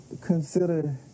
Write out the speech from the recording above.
consider